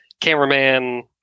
cameraman